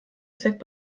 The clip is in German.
zweck